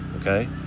okay